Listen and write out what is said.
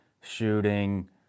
shooting